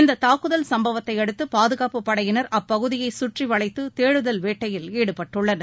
இந்த தாக்குதல் சம்பவத்தையடுத்து பாதுகாப்புப் படையினர் அப்பகுதியை கற்றிவளைத்து தேடுதல் வேட்டையில் ஈடுபட்டுள்ளனர்